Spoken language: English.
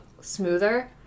smoother